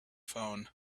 phone